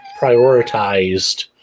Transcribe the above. prioritized